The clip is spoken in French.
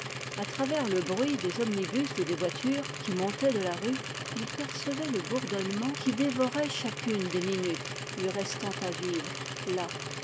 a travers le bruit des omnibus et des voitures qui montait de la rue il percevait le bourdonnement qui dévorait chacune des minutes lui restant à vivre là